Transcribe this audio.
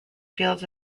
fields